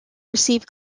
receive